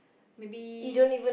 maybe